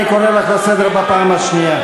אני קורא אותך לסדר בפעם השנייה.